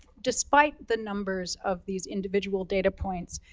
despite the numbers of these individual data points,